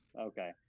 Okay